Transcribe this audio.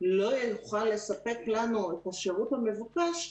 לא יוכל לספק לנו את השירות המבוקש,